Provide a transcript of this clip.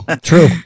True